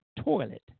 toilet